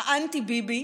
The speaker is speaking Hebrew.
"האנטי-ביבי",